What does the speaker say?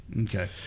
Okay